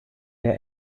der